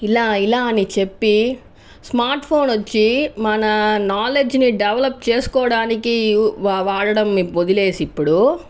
ఇలా ఇలా అని చెప్పి స్మార్ట్ ఫోన్ వచ్చి మన నాలెడ్జ్ని డెవలప్ చేసుకోవడానికి వాడడం వదిలేసి ఇప్పుడు